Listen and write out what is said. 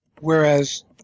whereas